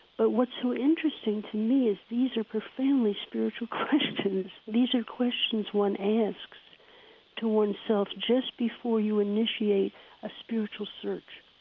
but what's so interesting to me is these are profoundly spiritual questions these are questions one asks to one's self just before you initiate a spiritual search.